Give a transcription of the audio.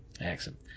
excellent